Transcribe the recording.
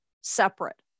separate